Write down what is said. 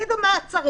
שיגידו מה צריך.